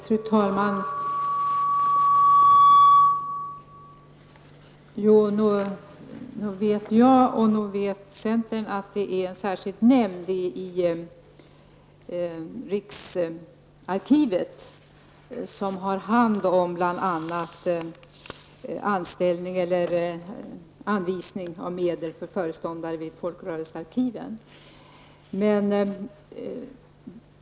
Fru talman! Nog vet jag och centern att det är en särskild nämnd inom riksarkivet som har hand om bl.a. anvisning av medel för föreståndare vid folkrörelsearkiven.